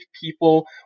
people